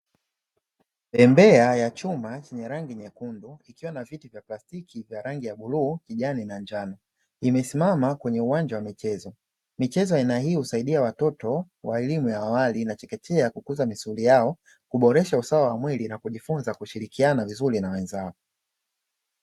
Bembea ya chuma chenye rangi nyekundu ikiwa na viti vya plastiki vya rangi ya bluu, kijani na njano, imesimama kwenye uwanja wa michezo. Michezo aina hii husaidia watoto wa elimu ya awali na chekechekea kukuza misuli yao, kuboresha usawa wa mwili na kujifunza kushirikiana vizuri na wenzao.